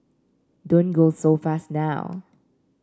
don't go so fast now